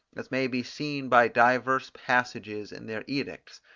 as may be seen by divers passages in their edicts,